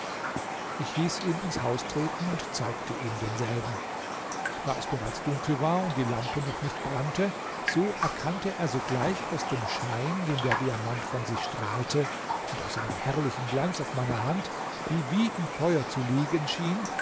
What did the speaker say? ich hieß ihn ins haus treten und zeigte ihm denselben da es bereits dunkel war und die lampe noch nicht brannte so erkannte er sogleich aus dem schein den der diamant von sich strahlte und aus seinem herrlichen glanz auf meiner hand die wie im feuer zu liegen schien